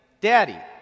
Daddy